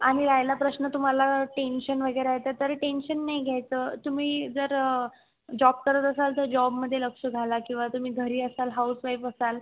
आणि राहिला प्रश्न तुम्हाला टेन्शन वगैरे येतं तर टेन्शन नही घ्यायचं तुम्ही जर जॉब करत असाल तर जॉबमध्ये लक्ष घाला किंवा तुम्ही घरी असाल हाऊस वाईफ असाल